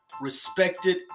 respected